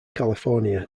california